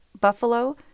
Buffalo